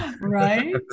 Right